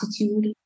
attitude